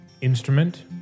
instrument